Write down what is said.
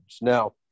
Now